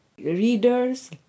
readers